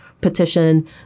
petition